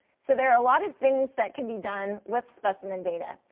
so there are a lot of things that can be done with specimen data.